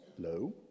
low